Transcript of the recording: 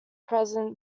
present